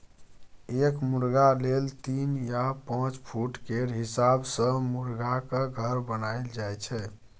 एक मुरगा लेल तीन या पाँच फुट केर हिसाब सँ मुरगाक घर बनाएल जाइ छै